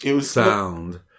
sound